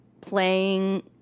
playing